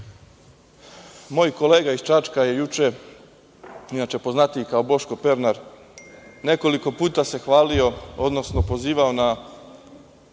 kolega iz Čačka se juče, inače poznatiji kao Boško Pernar, nekoliko puta hvalio, odnosno pozivao na